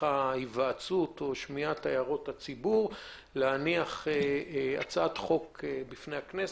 ההיוועצות ושמיעת הערות הציבור לפני הנחת הצעת החוק לפני הכנסת.